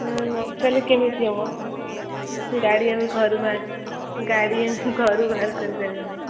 ହମ୍ମ ନକଲେ କେମିତି ହବ ଗାଡ଼ି ଆମେ ଘରୁ ବାହାର ଗାଡ଼ି ଘରୁ ବାହାର କରିପାରିବୁନି